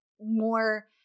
more